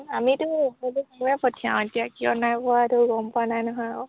আমিতো পঠিয়াওঁ এতিয়া কিয় নাই পোৱা সেইটো গম পোৱা নাই নহয় আকৌ